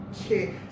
okay